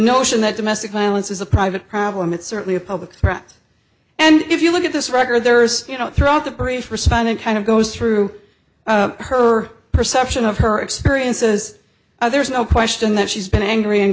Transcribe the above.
notion that domestic violence is a private problem it's certainly a public threat and if you look at this record there's you know throughout the pray for respond in kind of goes through her perception of her experiences there's no question that she's been angry and